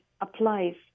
applies